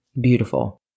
beautiful